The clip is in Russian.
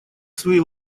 свои